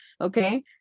Okay